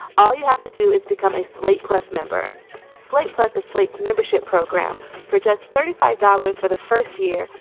all you have to do is become a slate plus member slate plus a slate membership program for just thirty five dollars for the first year.